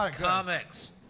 comics